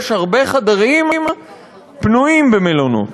יש הרבה חדרים פנויים במלונות.